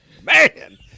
man